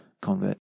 convert